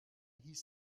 hieß